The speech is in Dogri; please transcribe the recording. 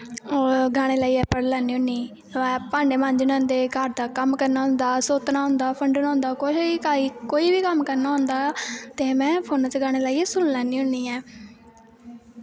गाने लाइयै पढ़ी लैन्नी होन्नी कदै भांडे मांजने होदें घर दा कम्म करना होंदा सोतना होंदा फंडना होंदा कोई बी कम्म करना होंदा ते में फोनै च गाने लाइयै सुनी लैन्नी होन्नी ऐं